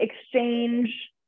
exchange